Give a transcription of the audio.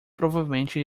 provavelmente